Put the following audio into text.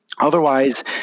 otherwise